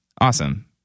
awesome